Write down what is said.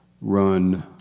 run